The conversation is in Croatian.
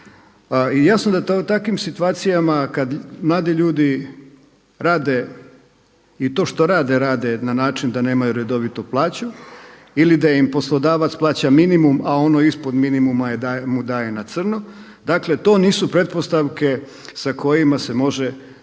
I jasno da u takvim situacijama kad mladi ljudi rade i to što rade, rade na način da nemaju redovitu plaću ili da im poslodavac plaća minimum a ono ispod minimuma mu daje na crno. Dakle, to nisu pretpostavke sa kojima se može